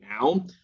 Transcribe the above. now